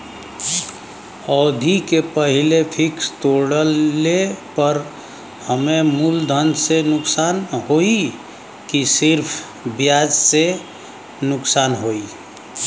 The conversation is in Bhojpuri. अवधि के पहिले फिक्स तोड़ले पर हम्मे मुलधन से नुकसान होयी की सिर्फ ब्याज से नुकसान होयी?